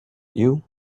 you